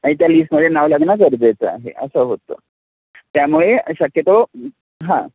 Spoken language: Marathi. नाही त्या लिस्टमध्ये नाव लागणं गरजेचं आहे असं होतं त्यामुळे शक्यतो हां